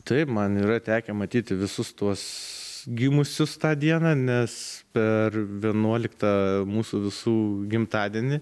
taip man yra tekę matyti visus tuos gimusius tą dieną nes per vienuoliktą mūsų visų gimtadienį